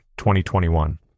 2021